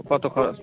কত খরচ